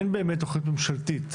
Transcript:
אין באמת תכנית ממשלתית